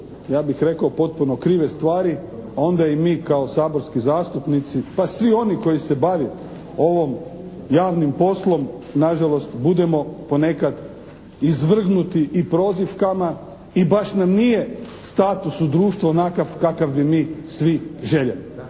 ja bih rekao potpuno krive stvari onda i mi kao saborski zastupnici pa svi oni koji se bave ovim javnim poslom nažalost budemo ponekad izvrgnuti i prozivkama i baš nam nije status u društvu onakav kakav bi mi svi željeli.